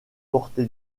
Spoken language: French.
porté